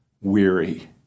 weary